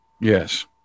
Yes